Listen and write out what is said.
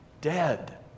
dead